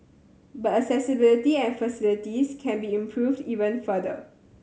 but accessibility and facilities can be improved even further